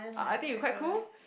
uh I think you quite cool